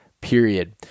Period